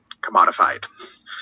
commodified